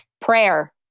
Prayer